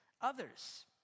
others